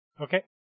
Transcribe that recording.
Okay